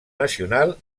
nacional